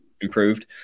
improved